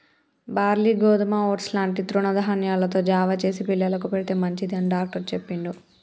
barley గోధుమ oats లాంటి తృణ ధాన్యాలతో జావ చేసి పిల్లలకు పెడితే మంచిది అని డాక్టర్ చెప్పిండు